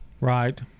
Right